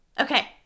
Okay